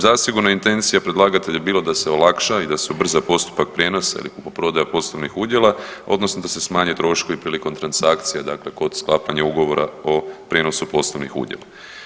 Zasigurno je intencija predlagatelja bila da se olakša i da se ubrza postupak prijenosa ili kupoprodaja poslovnih udjela odnosno da se smanje troškovi prilikom transakcija dakle kod sklapanja ugovora o prijenosu poslovnih udjela.